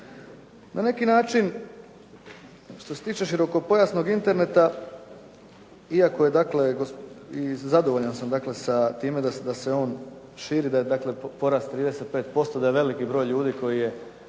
Na neki način što se tiče širokopojasnog Interneta, iako je dakle i zadovoljan sam time da se on širi da je porast 35%, da je veliki broj ljudi koji je